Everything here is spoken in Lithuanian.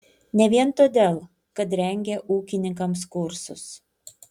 ne vien todėl kad rengia ūkininkams kursus